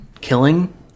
killing